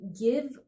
give